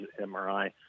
MRI